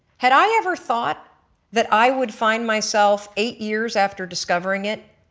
had i ever thought that i would find myself eight years after discovering it